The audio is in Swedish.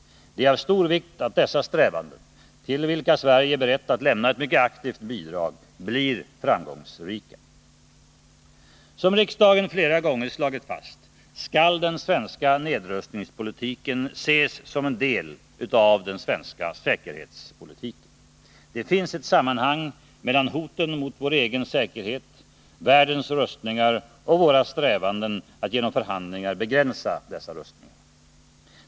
Det är av stor vikt att dessa strävanden, till vilka Sverige är berett att lämna ett mycket aktivt bidrag, blir framgångsrika. Som riksdagen flera gånger slagit fast skall den svenska nedrustningspolitiken ses som en del av den svenska säkerhetspolitiken. Det finns ett sammanhang mellan hoten mot vår egen säkerhet, världens rustningar och våra strävanden att genom förhandlingar begränsa dessa rustningar.